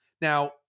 Now